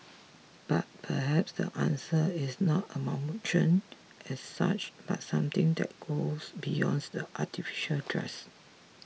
but perhaps the answer is not an amalgamation as such but something that goes beyond the artificial dress